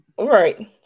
Right